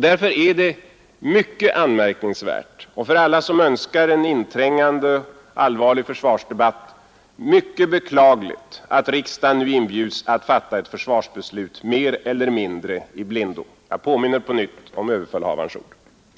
Därför är det mycket anmärkningsvärt och för alla som önskar en inträngande, allvarlig försvarsdebatt mycket beklagligt, att riksdagen nu inbjuds att fatta ett försvarsbeslut mer eller mindre i blindo. Jag påminner på nytt om överbefälhavarens ord